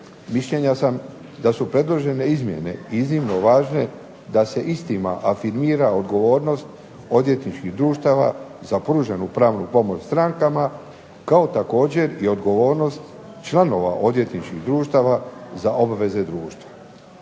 Mišljenja sam da su predložene izmjene iznimno važne da se istima afirmira odgovornost odvjetničkih društava za pruženu pravnu pomoć strankama kao također i odgovornost članova odvjetničkih društava za obveze društva.